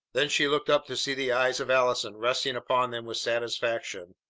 then she looked up to see the eyes of allison resting upon them with satisfaction.